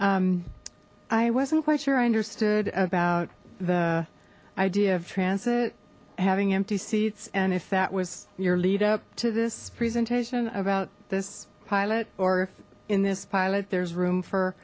exciting i wasn't quite sure i understood about the idea of transit having empty seats and if that was your lead up to this presentation about this pilot or if in this pilot there's room for